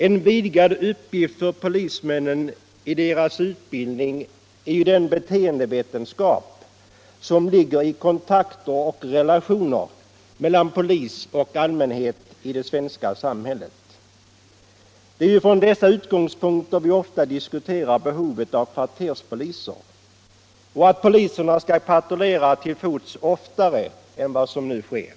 En vidgad uppgift för polismännens utbildning är den beteendeve = Nr 89 tenskap som ligger i kontakterna och relationerna mellan polisen och Onsdagen den allmänheten i det svenska samhället. Det är från dessa utgångspunkter 24 mars 1976 som vi ofta diskuterar behovet av kvarterspoliser och att poliserna skall = patrullera till fots oftare än vad som nu sker.